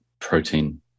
protein